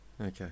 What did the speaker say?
okay